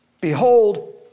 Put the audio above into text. Behold